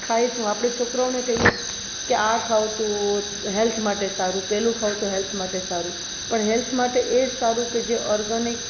ખાય શું આપડે છોકરાઓને કહીએ કે આ ખાવ તો હેલ્થ માટે સારું પેલું ખાવ તો હેલ્થ માટે સારું પણ હેલ્થ માટે એ સારું કે જે ઓર્ગનીક